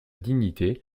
dignité